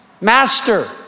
Master